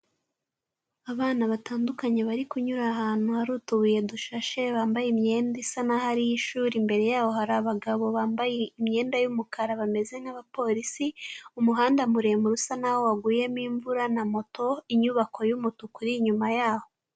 Abana batandukanye bari kunyura ahantu hari utubuye dushashe, bambaye imyenda isa naho ari iy'ishuri, imbere yaho hari abagabo bambaye imyenda y'umukara bameze nk'abapolisi, umuhanda muremure usa naho waguyemo imvura na moto, inyubako y'umutuku iri inyuma yaho.